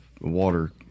water